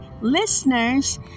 listeners